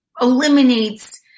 eliminates